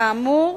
כאמור,